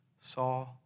saw